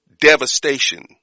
Devastation